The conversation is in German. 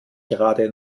gerade